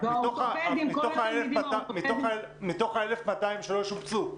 וכל התלמידים האורתופדים --- מתוך ה-1,200 שלא שובצו,